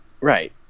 Right